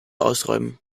ausräumen